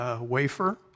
wafer